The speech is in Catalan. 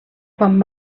quan